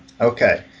Okay